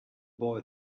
boy